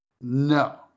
no